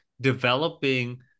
developing